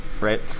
right